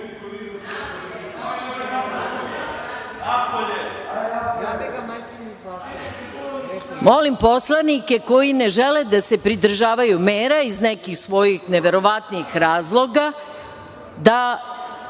poslanike koji ne žele da se pridržavaju mere iz nekih svojih neverovatnih razloga da